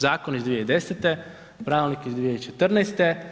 Zakon iz 2010., pravilnik iz 2014.